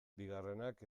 bigarrenak